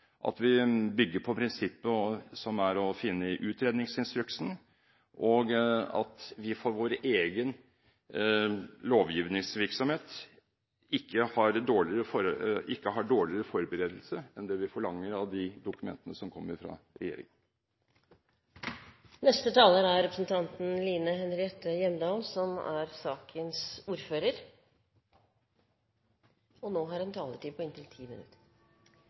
at vi bygger på prinsippet som er å finne i utredningsinstruksen, og at vi for vår egen lovgivningsvirksomhet ikke har dårligere forberedelse enn det vi forlanger av de dokumentene som kommer fra regjeringen. Takk for en innholdsrik, reflekterende og klok debatt, det har denne saken fortjent. All ære til representanten Olemic Thommessen – og da også stortingspresidenten – som satte denne saken på dagens kart. Til siste taler,